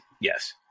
yes